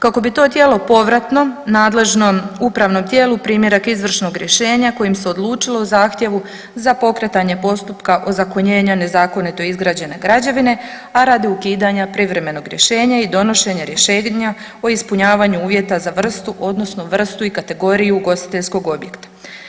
Kako bi to tijelo povratno nadležnom upravnom tijelu primjerak izvršnog rješenja kojim se odlučilo o zahtjevu za pokretanje postupka ozakonjenja nezakonito izgrađene građevine, a radi ukidanja privremenog rješenja i donošenja rješenja o ispunjavanju uvjeta za vrstu odnosno vrstu i kategoriju ugostiteljskog objekta.